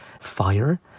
Fire